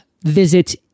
visit